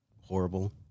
horrible